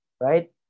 right